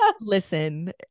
Listen